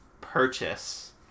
purchase